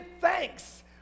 thanks